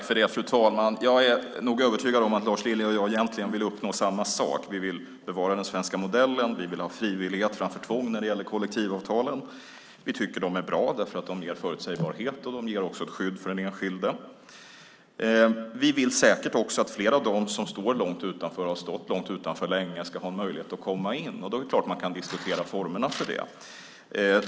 Fru talman! Jag är övertygad om att Lars Lilja och jag egentligen vill uppnå samma sak. Vi vill bevara den svenska modellen och vi vill ha frivillighet framför tvång när det gäller kollektivavtalen. Vi tycker att de är bra därför att de ger förutsägbarhet och ett skydd för den enskilde. Vi vill säkert också att fler av dem som har stått långt utanför länge ska ha en möjlighet att komma in. Då är det klart att man kan diskutera formerna för det.